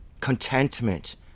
contentment